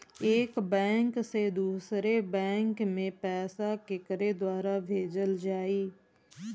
एक बैंक से दूसरे बैंक मे पैसा केकरे द्वारा भेजल जाई?